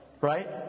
right